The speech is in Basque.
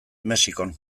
mexikon